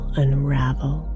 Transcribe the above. unravel